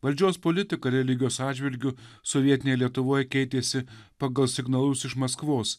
valdžios politika religijos atžvilgiu sovietinėje lietuvoj keitėsi pagal signalus iš maskvos